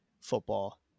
football